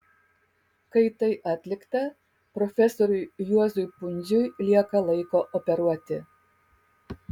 kai tai atlikta profesoriui juozui pundziui lieka laiko operuoti